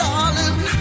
Darling